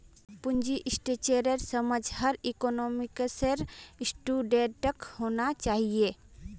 पूंजी स्ट्रक्चरेर समझ हर इकोनॉमिक्सेर स्टूडेंटक होना चाहिए